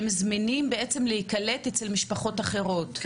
והם זמינים בעצם להיקלט אצל משפחות אחרות,